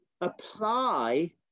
apply